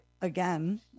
again